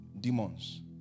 demons